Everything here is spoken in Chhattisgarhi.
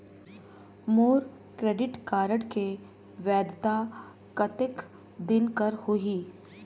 मोर क्रेडिट कारड के वैधता कतेक दिन कर होही?